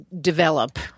develop